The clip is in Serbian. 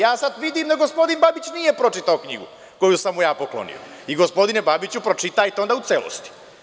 Ja sada vidim da gospodin Babić nije pročitao knjigu koju sam mu japoklonio, i gospodine Babiću, pročitajte u celosti.